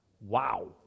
Wow